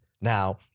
Now